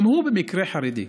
גם הוא במקרה חרדי,